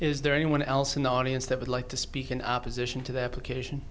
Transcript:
is there anyone else in the audience that would like to speak in opposition to the application